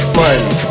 money